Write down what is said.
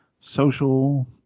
social